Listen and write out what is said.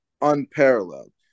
unparalleled